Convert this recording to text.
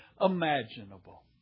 imaginable